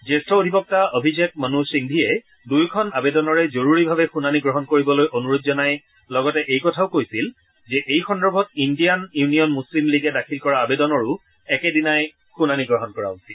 জ্যেষ্ঠ অধিবক্তা অভিষেক মনু সিংভীয়ে দুয়োখন আবেদনৰে জৰুৰীভাৱে শুনানি গ্ৰহণ কৰিবলৈ অনুৰোধ জনাই লগতে এই কথাও কৈছিল যে এই সন্দৰ্ভত ইণ্ডিয়ান ইউনিয়ন মুছলিম লীগে দাখিল কৰা আবেদনৰো একেদিনাই শুনানি গ্ৰহণ কৰা উচিত